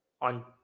on